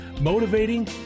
motivating